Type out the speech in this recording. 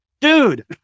dude